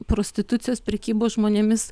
prostitucijos prekybos žmonėmis